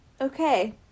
okay